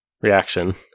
reaction